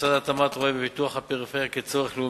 משרד התמ"ת רואה בפיתוח הפריפריה צורך לאומי.